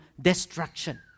destruction